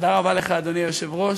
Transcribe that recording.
תודה רבה לך, אדוני היושב-ראש.